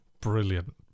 Brilliant